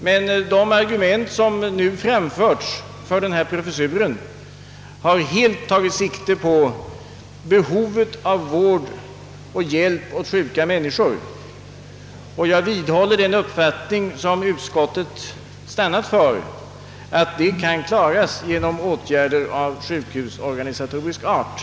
Men de argument som nu framförts för denna professur har helt tagit sikte på behovet av vård och hjälp åt sjuka människor, och jag vidhåller den uppfattning som utskottet stannat för, nämligen att detta kan klaras genom åtgärder av sjukhusorganisatorisk art.